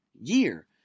year